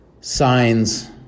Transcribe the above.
signs